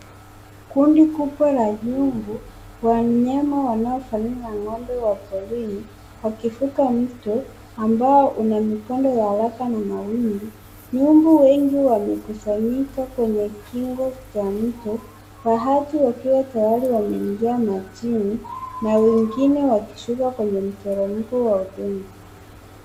Kundi kubwa la nyungu, wanyama wanaofanana na ngombe wa porini wakifuka mto ambao una mkondo wa haraka na mawingu, nyungu wengi wamekusanyika kwenye kingo cha mto, baadhi wakiwa tayari wameingia majini na wengine wakishuka kwenye mteremko wa ukingo.